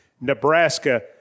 Nebraska